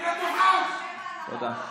תודה.